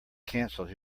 canceled